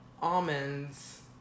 Almonds